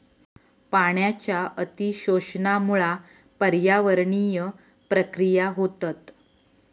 पाण्याच्या अती शोषणामुळा पर्यावरणीय प्रक्रिया होतत